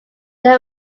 there